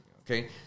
okay